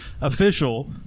official